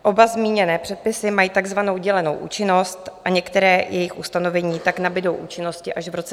Oba zmíněné předpisy mají takzvanou dělenou účinnost a některá jejich ustanovení tak nabudou účinnosti až v roce 2025.